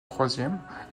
troisième